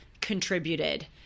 contributed